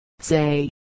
say